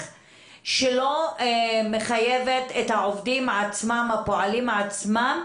שלא מחייבת את העובדים הפועלים עצמם